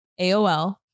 AOL